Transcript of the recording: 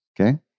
Okay